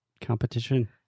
competition